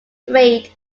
trade